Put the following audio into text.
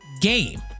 game